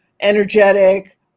energetic